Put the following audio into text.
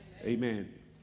Amen